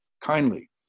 kindly